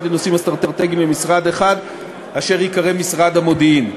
לנושאים אסטרטגיים למשרד אחד אשר ייקרא משרד המודיעין.